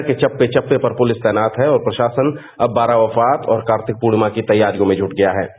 शहर के चपे चपे पर पुलिस तैनात है और प्रशासन अब बारावफात और कार्तिक पूर्णिमा की तैयारियों में जुट गया है